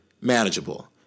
manageable